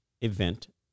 event